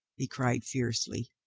he cried fiercely.